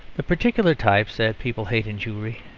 the particular types that people hate in jewry,